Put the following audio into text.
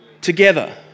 together